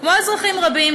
כמו אזרחים רבים,